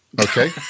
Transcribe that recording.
Okay